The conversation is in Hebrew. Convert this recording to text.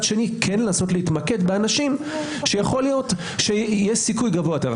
שני כן לנסות להתמקד באנשים שיכול להיות שיש סיכוי גבוה יותר.